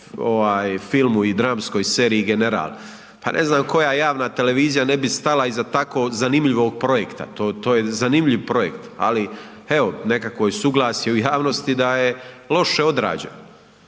ovom filmu i dramskoj seriji „General“, pa ne zna koja javna televizija iza tako zanimljivog projekta, to je zanimljiv projekt. Ali evo nekako je suglasje u javnosti da je loše odrađeno